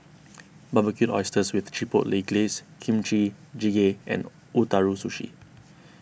Barbecued Oysters with Chipotle Glaze Kimchi Jjigae and Ootoro Sushi